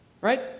Right